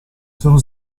sono